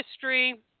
history